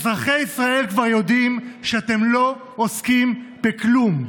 אזרחי ישראל כבר יודעים שאתם לא עוסקים בכלום.